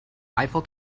eiffel